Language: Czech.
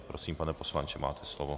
Prosím, pane poslanče, máte slovo.